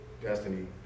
destiny